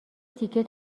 تیکه